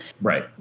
Right